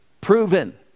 proven